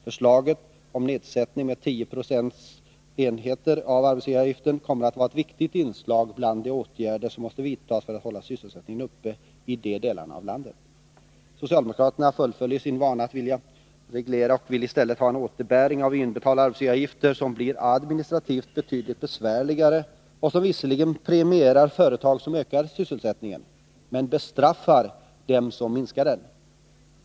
Förslaget om nedsättning av arbetsgivaravgiften med 10 procentenheter kommer att vara ett viktigt inslag bland de åtgärder som måste vidtas för att hålla sysselsättningen uppe i de delarna av landet. Socialdemokraterna fullföljer sin vana att vilja reglera och vill i stället ha en återbäring av inbetalda arbetsgivaravgifter, något som blir administrativt betydligt besvärligare än vårt förslag och som visserligen premierar företag som ökar sysselsättningen, men bestraffar dem som minskar den.